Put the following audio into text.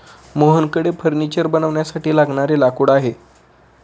मोहनकडे फर्निचर बनवण्यासाठी लागणारे लाकूड आहे